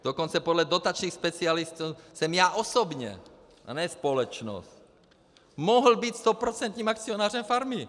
Dokonce podle dotačních specialistů jsem já osobně a ne společnost mohl být stoprocentním akcionářem farmy.